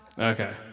Okay